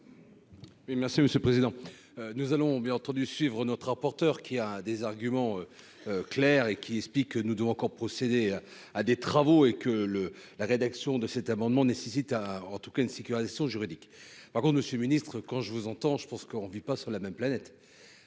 merci le président, nous allons bien entendu suivre notre rapporteur qui a des arguments clairs et qui explique que nous devons encore procéder à des travaux et que le la rédaction de cet amendement nécessite a en tout cas une sécurisation juridique, pardon monsieur le Ministre quand je vous entends, je pense qu'on ne vit pas sur la même planète